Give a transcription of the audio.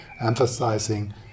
emphasizing